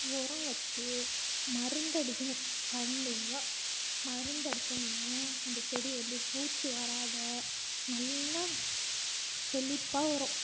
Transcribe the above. உரம் வச்சுட்டு மருந்து அடிக்கணும் கண்டினியூவாக மருந்து அடித்தோம்னா அந்த செடி வந்து பூச்சி வராது நல்லா செழிப்பா வரும்